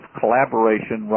collaboration